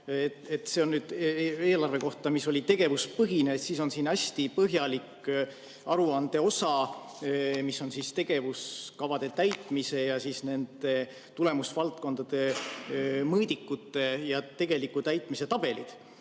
on eelarve kohta, mis oli tegevuspõhine, siis on siin hästi põhjalik aruande see osa, mis on tegevuskavade täitmise ja tulemusvaldkondade mõõdikute ja tegeliku täitmise tabelid.